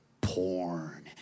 porn